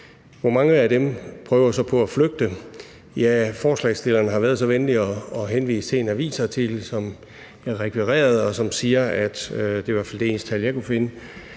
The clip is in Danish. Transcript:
Hvor mange af dem prøver så på at flygte? Forslagsstillerne har været så venlige at henvise til en avisartikel, som jeg rekvirerede, og som siger – det er i hvert fald det eneste tal, jeg kunne finde